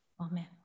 amen